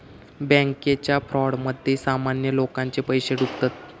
बॅन्केच्या फ्रॉडमध्ये सामान्य लोकांचे पैशे डुबतत